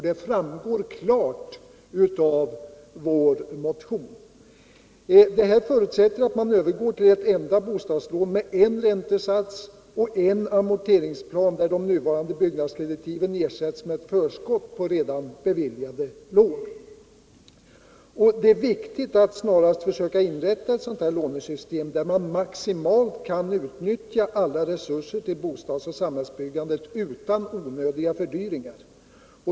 Det framgår också klart av vår motion. Detta förutsätter att man övergår till ett enda bostadslån med en räntesats och en amorteringsplan och att de nuvarande byggnadskreditiven ersätts med ett förskott på redan beviljade lån. Det är viktigt att vi snarast inrättar ett sådant här lånesystem så att vi maximalt kan utnyttja de resurser vi har för bostads och samhällsbyggandet utan onödiga fördyringar.